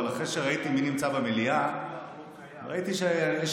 אבל אחרי שראיתי מי נמצא במליאה ראיתי שיש